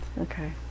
okay